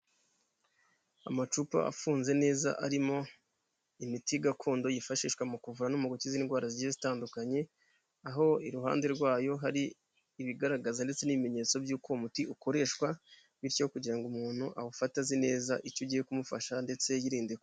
Amacupa afunze neza arimo imiti gakondo yifashishwa muvanamo mu gukikiza indwara zigiye zitandukanye aho iruhande rwayo hari ibigaragaza ndetse n'ibimenyetso by'uko umuti ukoreshwa bityo kugira ngo umuntu awufate azi neza icyo ugiye kumufasha ndetse yirinde.